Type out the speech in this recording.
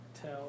tell